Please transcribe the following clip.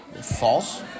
False